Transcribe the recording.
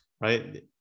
right